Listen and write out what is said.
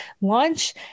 launch